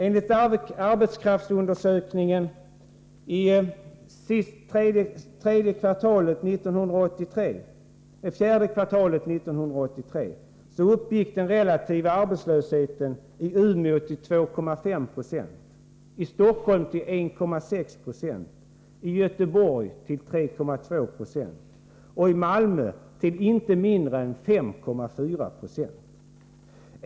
Enligt arbetskraftsundersökningen uppgick den relativa arbetslösheten fjärde kvartalet 1983 i Umeå till 2,5 90, i Stockholm till 1,6 2, i Göteborg till 3,2 26 och i Malmö till inte mindre än 5,4 26.